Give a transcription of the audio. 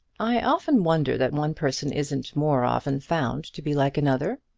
i often wonder that one person isn't more often found to be like another,